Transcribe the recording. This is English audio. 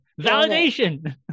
Validation